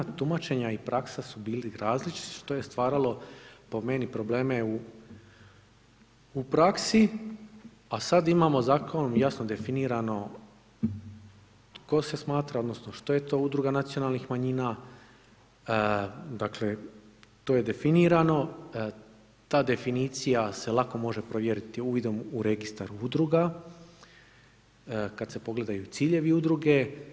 Tumačenja i praksa su bili različiti to je stvaralo po meni probleme u praksi, a sad imamo zakonom jasno definirano tko se smatra, odnosno što je to udruga nacionalnih manjina, dakle to je definirano ta definicija se lako može provjeriti uvidom u registar udruga, kad se pogledaju ciljevi udruge.